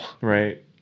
Right